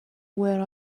where